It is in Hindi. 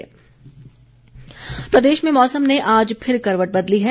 मौसम प्रदेश में मौसम ने आज फिर करवट बदली है